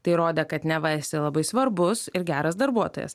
tai rodė kad neva esi labai svarbus ir geras darbuotojas